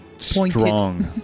strong